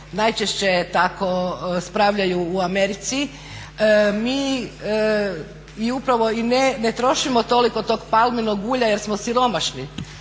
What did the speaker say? najčešće tako spravljaju u Americi. Mi upravo ne trošimo toliko tog palminog ulja jer smo siromašni.